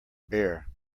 bear